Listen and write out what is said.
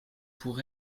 pour